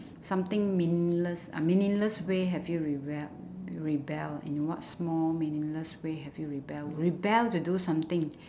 something meaningless a meaningless way have you rebel rebel in what small meaningless way have you rebel rebel to do something